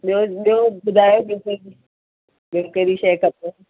ॿियो ॿियो ॿुधायो ॿियो कहिड़ी शइ खपे